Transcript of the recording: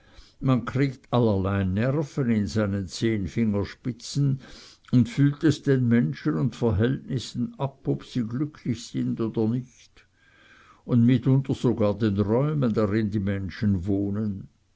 man kriegt allerlei nerven in seinen zehn fingerspitzen und fühlt es den menschen und verhältnissen ab ob sie glücklich sind oder nicht und mitunter sogar den räumen darin die menschen wohnen